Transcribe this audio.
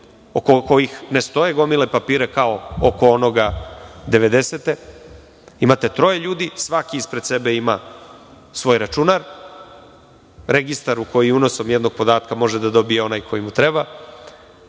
oko kojih ne stoji gomila papira kao oko onoga 90-te, imate troje ljudi svaki ispred sebe ima svoj računar, registar u koji unosom jednog podatka može da dobije onaj koji mu treba,